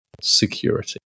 security